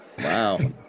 Wow